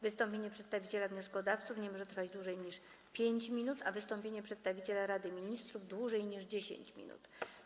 Wystąpienie przedstawiciela wnioskodawców nie może trwać dłużej niż 5 minut, a wystąpienie przedstawiciela Rady Ministrów - dłużej niż 10 minut.